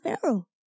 Pharaoh